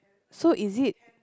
so is it